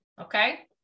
okay